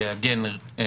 לעגן את